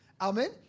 Amen